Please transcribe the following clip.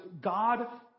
god